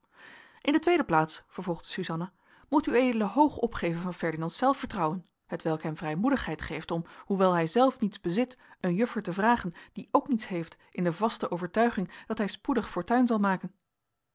in de tweede plaats vervolgde suzanna moet ued hoog opgeven van ferdinands zelfvertrouwen hetwelk hem vrijmoedigheid geeft om hoewel hijzelf niets bezit een juffer te vragen die ook niets heeft in de vaste overtuiging dat hij spoedig fortuin zal maken